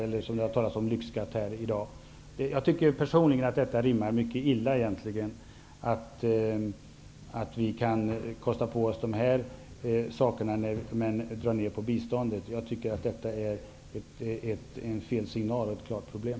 Det har också talats om lyxskatt här i dag. Personligen tycker jag att det rimmar mycket illa att vi kostar på oss sådana saker och samtidigt drar ned på biståndet. Det ger fel signal, och det är ett klart problem.